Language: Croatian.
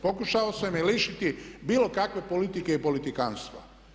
Pokušao sam je lišiti bilo kakve politike i politikantstva.